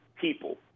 people